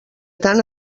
tant